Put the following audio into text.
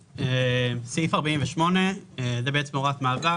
סעיף 48 הוא בעצם הוראת מעבר.